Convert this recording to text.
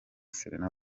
serena